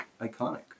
Iconic